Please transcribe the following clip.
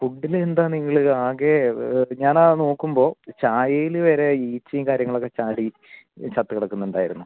ഫുഡിലെന്താ നിങ്ങൾ ആകെ ഞാൻ ആ നോക്കുമ്പോൾ ചായയിൽ വരെ ഈച്ചയും കാര്യങ്ങളൊക്കെ ചാടി ചത്ത് കിടക്കുന്നുണ്ടായിരുന്നു